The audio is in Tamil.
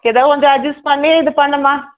ஏதோ கொஞ்சம் அட்ஜெஸ்ட் பண்ணி இது பண்ணும்மா